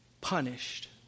punished